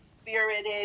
spirited